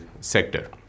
sector